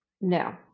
no